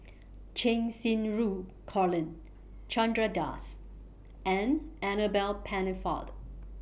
Cheng Xinru Colin Chandra Das and Annabel Pennefather